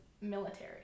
military